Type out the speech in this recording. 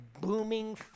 booming